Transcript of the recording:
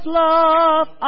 love